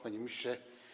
Panie Ministrze!